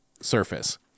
surface